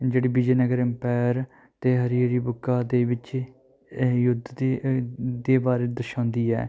ਜਿਹੜੀ ਵਿਜੇ ਨਗਰ ਅੰਪਾਇਰ ਅਤੇ ਹਰੀ ਹਰੀ ਬੁੱਕਾ ਦੇ ਵਿੱਚ ਯੁੱਧ ਦੀ ਦੇ ਬਾਰੇ ਦਰਸਾਉਂਦੀ ਹੈ